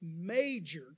major